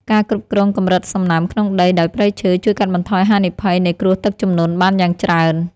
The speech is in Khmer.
ការគ្រប់គ្រងកម្រិតសំណើមក្នុងដីដោយព្រៃឈើជួយកាត់បន្ថយហានិភ័យនៃគ្រោះទឹកជំនន់បានយ៉ាងច្រើន។